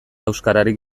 euskararik